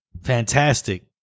fantastic